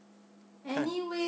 看